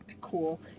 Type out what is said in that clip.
Cool